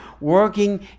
working